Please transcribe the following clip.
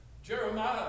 Jeremiah